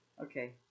Okay